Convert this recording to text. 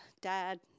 Dad